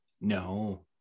No